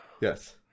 Yes